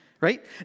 Right